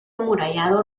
amurallado